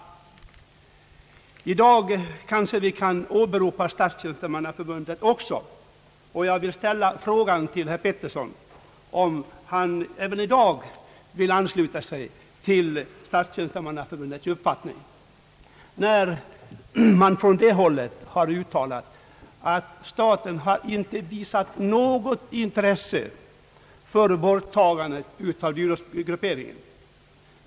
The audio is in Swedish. Vi kanske kan åberopa Statstjänstemannaförbundet i dag också. Jag vill fråga herr Petersson om han även i dag vill ansluta sig till förbundets uppfattning i dess uttalande att staten inte har visat något intresse för borttagande av dyrortsgrupperingen.